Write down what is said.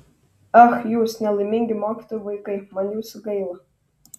ach jūs nelaimingi mokytojų vaikai man jūsų gaila